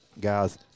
guys –